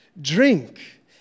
Drink